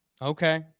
Okay